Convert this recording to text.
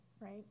right